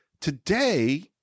today